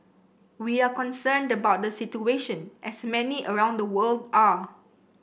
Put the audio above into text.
we are concerned about the situation as many around the world are